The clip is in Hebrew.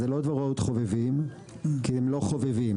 זה לא דבוראות חובבים, כי הם לא חובבים.